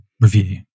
review